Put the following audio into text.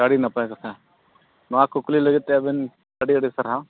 ᱟᱹᱰᱤ ᱱᱟᱯᱟᱭ ᱠᱟᱛᱷᱟ ᱱᱚᱣᱟ ᱠᱩᱠᱞᱤ ᱞᱟᱹᱜᱤᱫ ᱛᱮ ᱟᱹᱵᱤᱱ ᱟᱹᱰᱤ ᱟᱹᱰᱤ ᱥᱟᱨᱦᱟᱣ